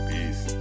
Peace